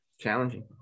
challenging